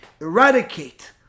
eradicate